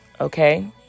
okay